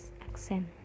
accent